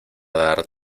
dar